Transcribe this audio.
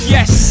Yes